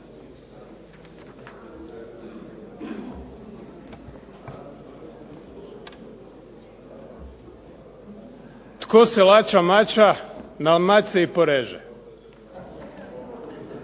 Tko se mača laća na mač se i poreže.